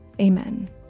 Amen